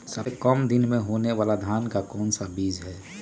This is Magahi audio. सबसे काम दिन होने वाला धान का कौन सा बीज हैँ?